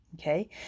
okay